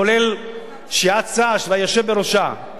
כולל סיעת ש"ס והיושב בראשה,